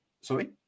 sorry